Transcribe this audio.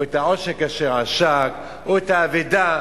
או את העושק אשר עשק או את האבדה.